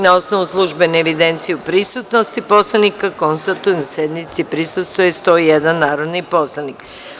Na osnovu službene evidencije o prisutnosti narodnih poslanika, konstatujem da sednici prisustvuje 101 narodni poslanik.